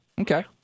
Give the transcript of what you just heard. okay